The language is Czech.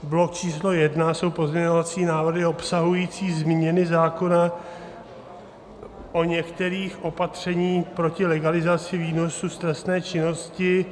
Blok číslo jedna jsou pozměňovací návrhy obsahující změny zákona o některých opatřeních proti legalizaci výnosu z trestné činnosti.